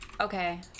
okay